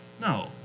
no